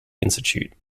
institute